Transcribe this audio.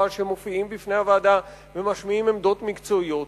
שמופיעים בפני הוועדה ומשמיעים עמדות מקצועיות,